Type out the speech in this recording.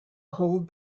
hold